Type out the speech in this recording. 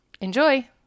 Enjoy